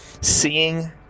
seeing